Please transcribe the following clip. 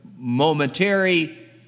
momentary